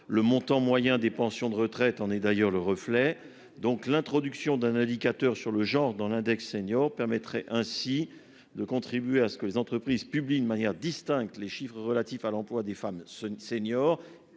Le montant moyen des pensions de retraite en est d'ailleurs le reflet. Donc l'introduction d'un indicateur sur le genre dans l'index senior permettrait ainsi de contribuer à ce que les entreprises publiques de manière distincte les chiffres relatifs à l'emploi des femmes ce senior